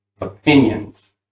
opinions